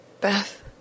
Beth